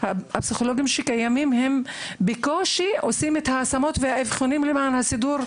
הם בקושי עושים את ההשמות והאבחונים למען הסידור,